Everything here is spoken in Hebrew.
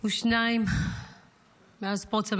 ה-402 מאז פרוץ המלחמה,